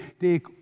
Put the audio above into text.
Take